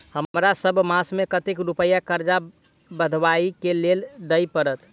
हमरा सब मास मे कतेक रुपया कर्जा सधाबई केँ लेल दइ पड़त?